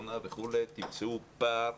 קולנוע וכולי תמצאו פער